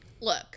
Look